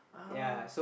ah